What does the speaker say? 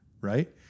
Right